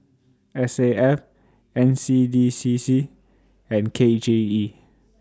S A F N C D C C and K J E